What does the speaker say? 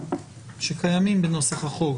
שקיימים בנוסח החוק.